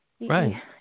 Right